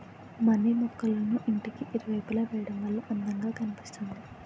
money మొక్కళ్ళను ఇంటికి ఇరువైపులా వేయడం వల్ల అందం గా కనిపిస్తుంది